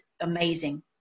Amazing